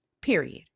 period